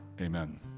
Amen